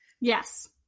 Yes